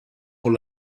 con